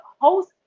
host